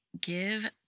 Give